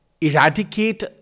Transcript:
eradicate